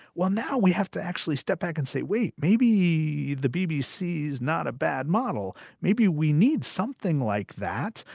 well, now we have to actually step back and say, wait, maybe the bbc is not a bad model. maybe we need something like that.